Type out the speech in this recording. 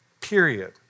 Period